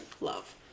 love